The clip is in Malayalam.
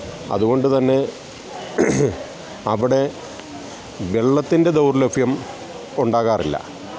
അതുകൊണ്ടുതന്നെ അവിടെ വെള്ളത്തിൻ്റെ ദൗർലഭ്യം ഉണ്ടാകാറില്ല